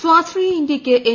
സ്വാശ്രയ ഇന്ത്യയ്ക്ക് എൻ